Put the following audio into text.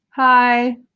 hi